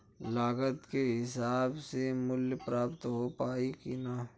लागत के हिसाब से मूल्य प्राप्त हो पायी की ना?